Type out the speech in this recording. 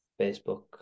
Facebook